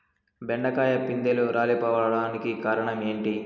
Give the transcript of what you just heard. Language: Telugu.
బెండకాయ పిందెలు రాలిపోవడానికి కారణం ఏంటి?